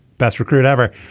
best recruit ever.